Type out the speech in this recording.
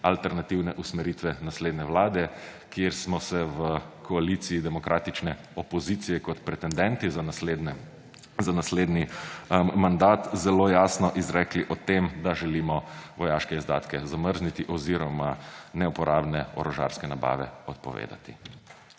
alternativne usmeritve naslednje vlade, kjer smo se v koaliciji demokratične opozicije kot pretendenti za naslednji mandat zelo jasno izrekli o tem, da želimo vojaške izdatke zamrzniti oziroma neuporabne orožarske nabave odpovedati.